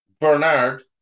Bernard